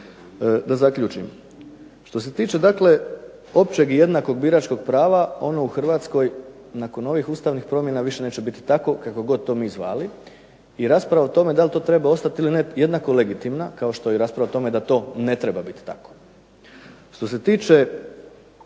Da zaključim, što se tiče dakle općeg i jednakog biračkog prava ono u Hrvatskoj nakon ovih ustavnih promjena više neće biti takvo kako god to mi zvali i rasprava o tome da li to treba ostati ili ne jednako je legitimna kao što je i rasprava o tome da to ne treba biti tako. Što se tiče